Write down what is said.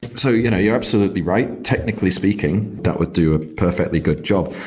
so you know you're absolutely right. technically speaking, that would do a perfectly good job.